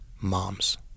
moms